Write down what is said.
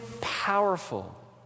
powerful